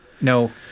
no